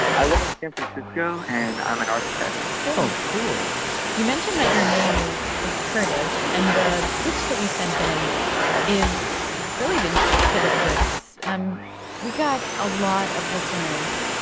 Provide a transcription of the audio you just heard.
i live in san francisco, and i'm an architect cool oh, cool you mentioned that your name is is kurdish. and the pitch that you sent in is relating to the kurds. we got a lot of listeners,